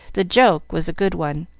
the joke was a good one.